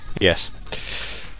Yes